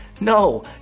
No